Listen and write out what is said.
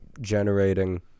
generating